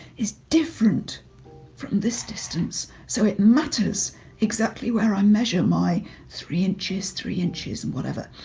is different from this distance. so it matters exactly where i measure my three inches, three inches and whatever.